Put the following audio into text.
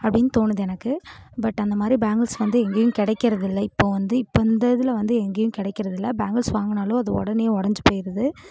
அப்படின்னு தோணுது எனக்கு பட் அந்தமாதிரி பேங்குல்ஸ் வந்து எங்கேயும் கிடைக்கிறதில்ல இப்போது வந்து இப்ப இந்த இதில் வந்து எங்கேயும் கிடைக்கிறதில்ல பேங்குல்ஸ் வாங்கினாலும் அது உடனே உடஞ்சி போயிடுது